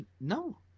No